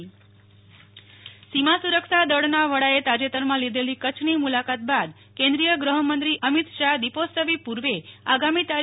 નેહલ ઠક્કર ગૃહમંત્રી કચ્છ મુલાકાત સીમા સુરક્ષા બળના વડાએ તાજેતરમાં લીધેલી કચ્છની મુલાકાત બાદ કેન્દ્રીય ગૃહમંત્રી અમિત શાફ દીપોત્સવ પૂર્વે આગામી તા